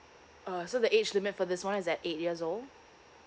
uh so the age limit for this one is at eight years old